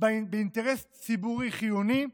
באינטרס ציבורי חיוני,